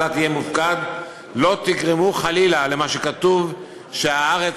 תהיה מופקד לא תגרמו חלילה למה שכתוב שהארץ,